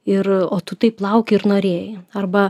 ir o tu taip lauki ir norėjai arba